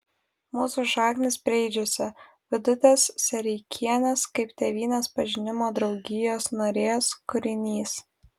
mūsų šaknys preidžiuose vidutės sereikienės kaip tėvynės pažinimo draugijos narės kūrinys